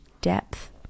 depth